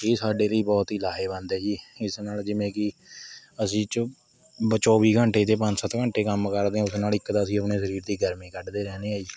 ਇਹ ਸਾਡੇ ਲਈ ਬਹੁਤ ਹੀ ਲਾਹੇਵੰਦ ਹੈ ਜੀ ਇਸ ਨਾਲ ਜਿਵੇਂ ਕਿ ਅਸੀਂ ਚੌਵ ਚੌਵੀ ਘੰਟੇ 'ਚ ਪੰਜ ਸੱਤ ਘੰਟੇ ਕੰਮ ਕਰਦੇ ਹਾਂ ਉਸ ਨਾਲ ਇੱਕ ਤਾਂ ਅਸੀਂ ਆਪਣੇ ਸਰੀਰ ਦੀ ਗਰਮੀ ਕੱਢਦੇ ਰਹਿੰਦੇ ਹਾਂ ਜੀ